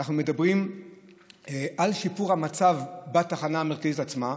אנחנו מדברים על שיפור המצב בתחנה המרכזית עצמה.